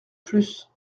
plus